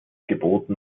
geboten